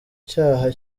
cyaha